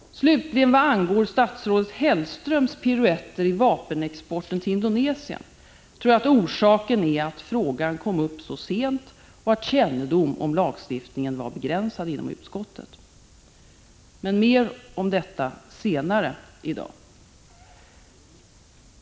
Slutligen vad angår statsrådet Hellströms piruetter i vapenexporten till Indonesien tror jag att orsaken är att frågan kom upp så sent och att kännedomen om lagstiftningen var begränsad inom utskottet. Mer om detta senare i dag.